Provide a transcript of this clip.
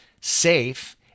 safe